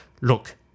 Look